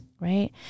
right